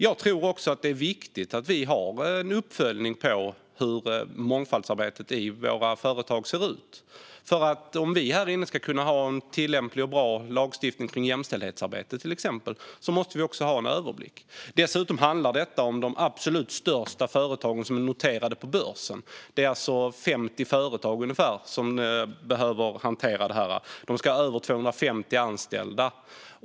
Jag tycker att det är viktigt att vi har en uppföljning av hur mångfaldsarbetet i företagen ser ut. Om vi här ska kunna ha en tillämplig och bra lagstiftning om exempelvis jämställdhet i arbetet måste vi också ha en överblick. Detta handlar dessutom om de absolut största företagen som är noterade på börsen. Det handlar om ungefär 50 företag som behöver hantera detta. De ska ha över 250 anställda.